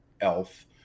elf